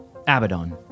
Abaddon